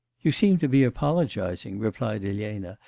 you seem to be apologising replied elena.